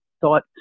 thought